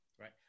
right